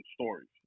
stories